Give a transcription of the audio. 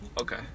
Okay